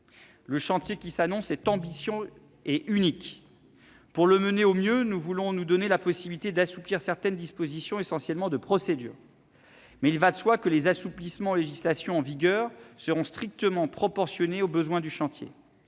Le chantier qui s'annonce est ambitieux et unique. Pour le mener au mieux, nous voulons nous donner la possibilité d'assouplir certaines dispositions, essentiellement de procédure, mais il va de soi que les assouplissements aux législations en vigueur seront strictement proportionnés aux besoins du chantier.